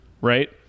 right –